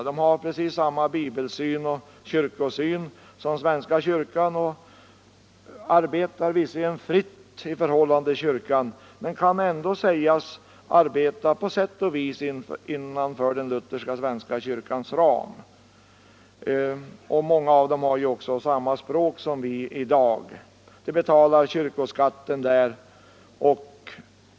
De har precis samma bibelsyn och kyrkosyn som svenska kyrkan. De arbetar visserligen fritt i förhållande till svenska kyrkan men kan ändå på sätt och vis sägas arbeta innanför den lutherska svenska kyrkans ram. Inom många av dessa kyrkor använder man också vårt språk.